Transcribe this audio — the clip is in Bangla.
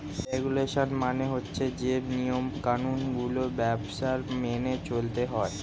রেগুলেশন মানে হচ্ছে যে নিয়ম কানুন গুলো ব্যবসায় মেনে চলতে হয়